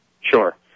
Sure